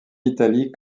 italie